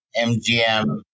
MGM